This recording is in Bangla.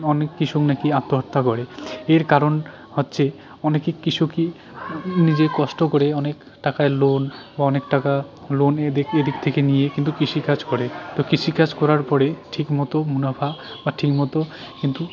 অনেক কৃষক না কি আত্মহত্যা করে এর কারণ হচ্ছে অনেকই কৃষকই নিজে কষ্ট করে অনেক টাকায় লোন বা অনেক টাকা লোনে দেখিয়ে এদিক থেকে নিয়ে কিন্তু কৃষিকাজ করে তো কৃষিকাজ করার পরে ঠিক মতো মুনাফা বা ঠিকমতো কিন্তু